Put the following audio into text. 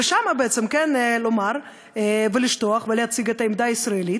ושם לומר ולשטוח ולהציג את העמדה הישראלית.